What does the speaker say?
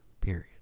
period